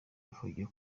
bafungiwe